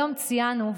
היום ציינו,